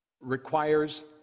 requires